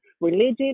religion